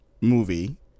movie